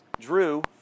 Drew